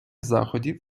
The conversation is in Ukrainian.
заходів